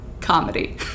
comedy